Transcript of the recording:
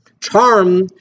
Charm